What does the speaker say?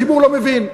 הציבור לא מבין.